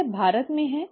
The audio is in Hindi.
यह भारत में है